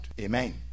Amen